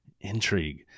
Intrigue